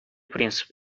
принцип